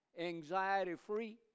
anxiety-free